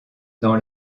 dans